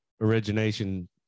origination